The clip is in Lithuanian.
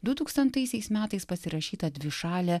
dutūkstantaisiais metais pasirašyta dvišalė